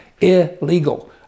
Illegal